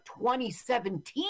2017